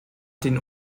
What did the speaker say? den